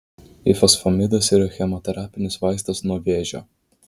ifosfamidas yra chemoterapinis vaistas nuo vėžio